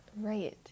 Right